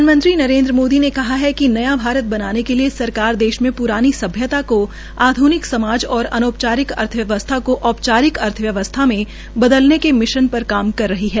प्रधानमंत्री नरेन्द्र मोदी ने कहा है कि नया भारत बनाने के लिए सरकार देश में प्रानी सभ्यता को आध्निक समाज और अनौपचारिक अर्थव्यवस्था को औपचारिक अर्थवयवसथा में बदलने के मिशन पर काम कर रही है